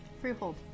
freehold